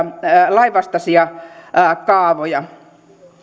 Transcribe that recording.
lainvastaisia kaavoja